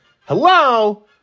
Hello